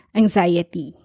anxiety